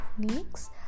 techniques